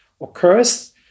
occurs